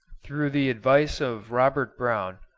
through the advice of robert brown,